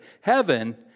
heaven